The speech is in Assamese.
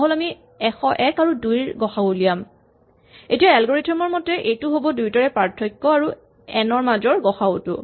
ধৰাহ'ল আমি ১০১ আৰু ২ ৰ গ সা উ উলিয়াম এতিয়া এলগৰিথম ৰ মতে এইটো হ'ব দুয়োটাৰে পাৰ্থক্য আৰু এন ৰ মাজৰ গ সা উ টো